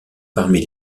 parmi